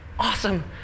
awesome